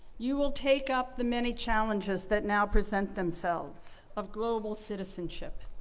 you will take up the many challenges that now present themselves of global citizenship,